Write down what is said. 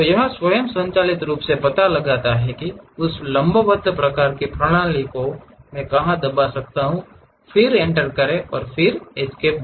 तो यह स्वचालित रूप से पता लगाता है कि उस लंबवत प्रकार की प्रणाली को मैं कहां दबा सकता हूं फिर एंटर प्रेस एस्केप